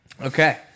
Okay